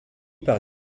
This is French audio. par